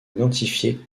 identifié